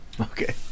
Okay